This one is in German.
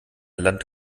land